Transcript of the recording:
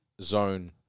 zone